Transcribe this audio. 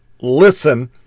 listen